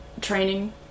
training